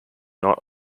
not